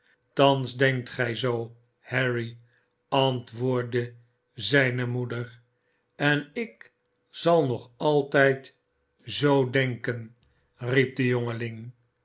thans denkt gij zoo harry antwoordde zijne moeder en ik zal nog altijd zoo denken riep de